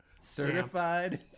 Certified